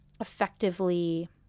effectively